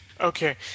Okay